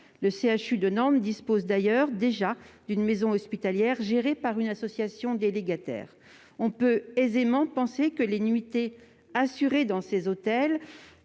Le CHU de Nantes dispose d'ailleurs déjà d'une maison hospitalière, gérée par une association délégataire. On peut aisément penser que les nuitées assurées dans ces hôtels